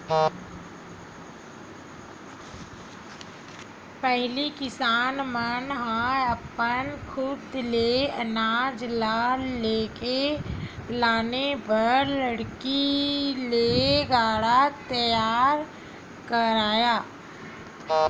पहिली किसान मन ह अपन खुद ले अनाज ल लेगे लाने बर लकड़ी ले गाड़ा तियार करय